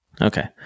Okay